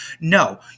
No